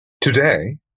Today